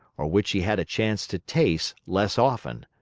or which he had a chance to taste less often.